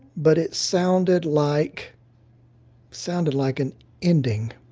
but it sounded like sounded like an ending.